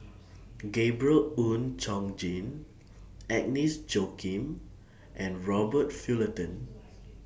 Gabriel Oon Chong Jin Agnes Joaquim and Robert Fullerton